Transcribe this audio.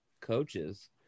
Coaches